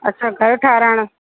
अछा घरु ठाराहिणु